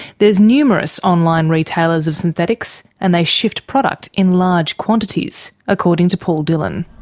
there are numerous online retailers of synthetics, and they shift product in large quantities, according to paul dillon.